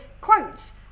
quotes